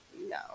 No